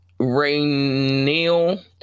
Rainil